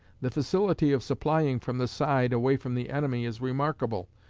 the facility of supplying from the side away from the enemy is remarkable,